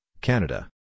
Canada